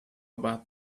about